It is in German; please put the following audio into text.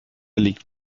liegt